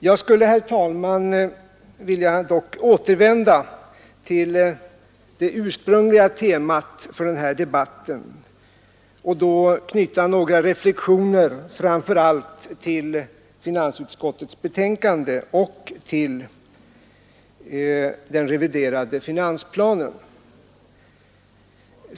Jag skulle, herr talman, dock vilja återvända till det ursprungliga temat för den här debatten och då knyta några reflexioner framför allt till finansutskottets betänkande och till den reviderade finansplanen.